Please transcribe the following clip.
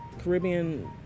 Caribbean